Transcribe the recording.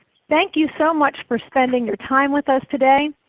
thank you so much for spending your time with us today.